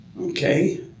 Okay